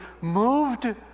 moved